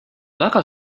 väga